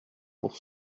pour